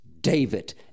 David